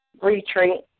retreat